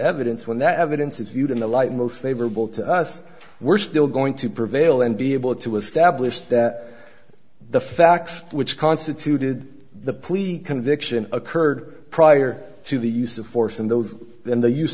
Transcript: evidence when that evidence is viewed in the light most favorable to us we're still going to prevail and be able to establish that the facts which constituted the police the conviction occurred prior to the use of force and those then the use